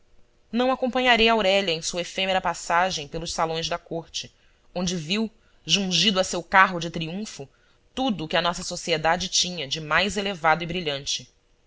não acompanharei aurélia em sua efêmera passagem pelos salões da corte onde viu jungido a seu carro de triunfo tudo que a nossa sociedade tinha de mais elevado e brilhante